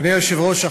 אדוני היושב-ראש,